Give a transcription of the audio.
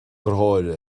dheartháir